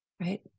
right